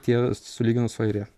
tie sulyginus su airija